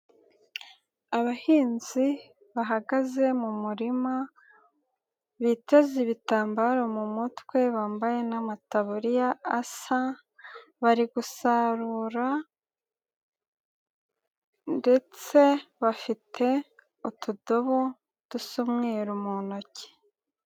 Abahinzi bahagaze mu murima biteze ibitambaro mu mutwe bambaye n'amataburiya asa, bari gusarura ndetse bafite utudobo dusa umweru mu ntoki.